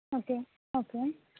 okay okay